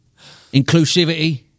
inclusivity